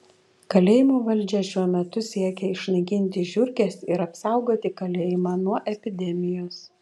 kalėjimo valdžia šiuo metu siekia išnaikinti žiurkes ir apsaugoti kalėjimą nuo epidemijos